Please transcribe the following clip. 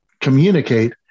communicate